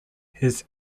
his